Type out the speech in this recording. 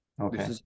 Okay